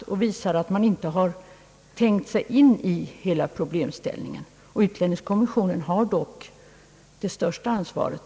Såvida man inte uppmanar dem att skriva på svenska. Detta förefaller mig visa att man inte satt sig in i anpassningsproblemen. = Utlänningskommissionen har dock det största ansvaret.